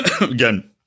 again